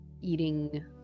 eating